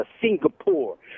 Singapore